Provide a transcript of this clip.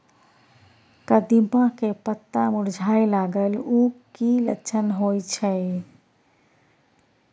कदिम्मा के पत्ता मुरझाय लागल उ कि लक्षण होय छै?